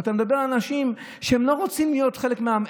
אבל אתה מדבר על אנשים שהם לא רוצים להיות חלק מהעם,